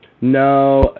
No